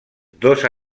dos